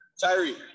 Tyree